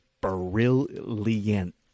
brilliant